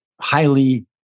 highly